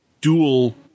dual